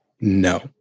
no